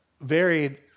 varied